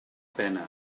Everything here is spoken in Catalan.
pena